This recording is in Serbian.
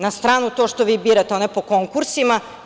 Na stranu to što vi birate one po konkursima.